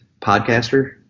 podcaster